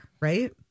Right